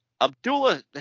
Abdullah